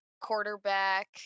Quarterback